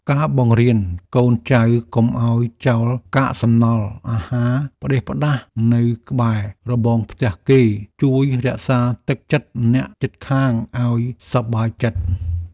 ការបង្រៀនកូនចៅកុំឱ្យចោលកាកសំណល់អាហារផ្តេសផ្តាសនៅក្បែររបងផ្ទះគេ ជួយរក្សាទឹកចិត្តអ្នកជិតខាងឱ្យសប្បាយចិត្ត។